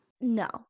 no